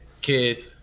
kid